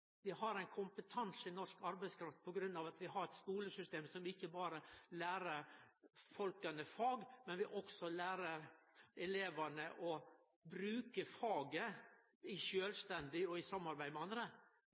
vi får det ikkje til. Vi har ein kompetanse i norsk arbeidskraft på grunn av at vi har eit skolesystem som ikkje berre lærer folk eit fag, men vi lærer også elevane å bruke faget sjølvstendig og i samarbeid med andre.